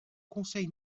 conseil